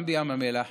גם בים המלח